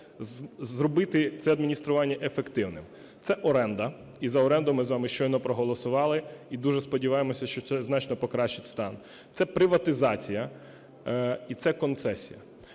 зробити це адміністрування ефективним. Це оренда, і за оренду ми з вами щойно проголосували, і дуже сподіваємося, що це значно покращить стан. Це приватизація. І це концесія.